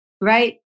Right